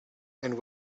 and